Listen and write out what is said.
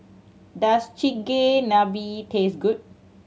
does Chigenabe taste good